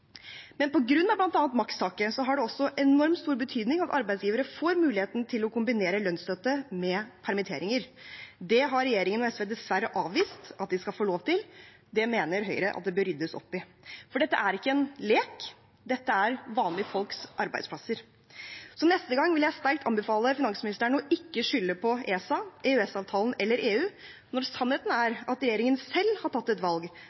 har det også enormt stor betydning at arbeidsgivere får muligheten til å kombinere lønnsstøtte med permitteringer. Det har regjeringen og SV dessverre avvist at de skal få lov til, og det mener Høyre at det bør ryddes opp i. For dette er ikke en lek, dette er vanlige folks arbeidsplasser. Neste gang vil jeg sterkt anbefale finansministeren å ikke skylde på ESA, EØS-avtalen eller EU når sannheten er at regjeringen selv har tatt et valg,